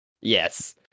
Yes